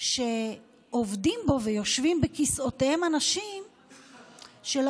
שעובדים בו ויושבים בכיסאותיהם אנשים שלא